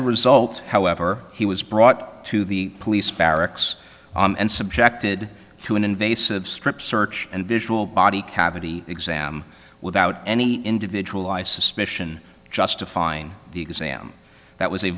a result however he was brought to the police barracks and subjected to an invasive strip search and visual body cavity exam without any individual i suspicion justifying the exam that was a